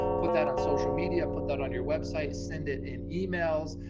put that on social media, put that on your website, send it in emails,